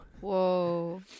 Whoa